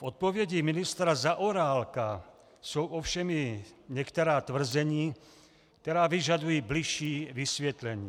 V odpovědi ministra Zaorálka jsou ovšem i některá tvrzení, která vyžadují bližší vysvětlení.